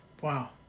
Wow